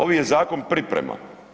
Ovaj je zakon priprema.